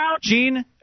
Gene